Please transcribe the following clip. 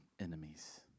enemies